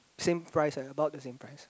same price eh about the same price